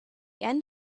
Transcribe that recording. end